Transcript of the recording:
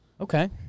Okay